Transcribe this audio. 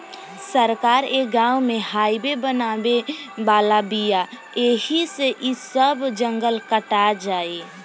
सरकार ए गाँव में हाइवे बनावे वाला बिया ऐही से इ सब जंगल कटा जाई